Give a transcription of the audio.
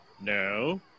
No